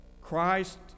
Christ